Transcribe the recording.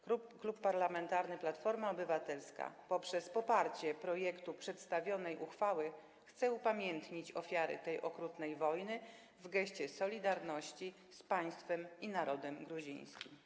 Klub Parlamentarny Platforma Obywatelska poprzez poparcie projektu przedstawionej uchwały chce upamiętnić ofiary tej okrutnej wojny w geście solidarności z państwem i narodem gruzińskim.